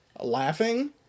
Laughing